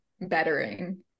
bettering